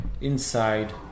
inside